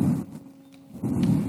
בבקשה.